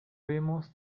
vemos